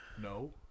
no